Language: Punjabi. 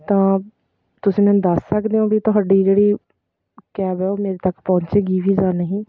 ਤਾਂ ਤੁਸੀਂ ਮੈਨੂੰ ਦੱਸ ਸਕਦੇ ਹੋ ਵੀ ਤੁਹਾਡੀ ਜਿਹੜੀ ਕੈਬ ਆ ਉਹ ਮੇਰੇ ਤੱਕ ਪਹੁੰਚੇਗੀ ਵੀ ਜਾਂ ਨਹੀਂ